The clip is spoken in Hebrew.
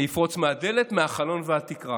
אני אפרוץ מהדלת, מהחלון והתקרה.